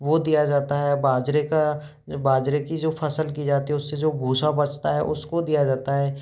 वह दिया जाता है बाजरे का जो बाजरे की जो फसल की जाती है उससे जो भूसा बचता है उसको दिया जाता है